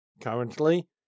currently